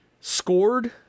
scored